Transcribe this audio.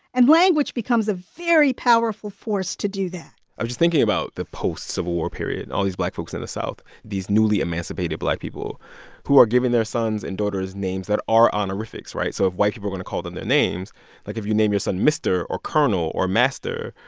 and language becomes a very powerful force to do that i'm just thinking about the post-civil war period and all these black folks in the south, these newly-emancipated black people who are giving their sons and daughters names that are honorifics, right? so if white people going to call them their names like, if you name your son mister or colonel or master,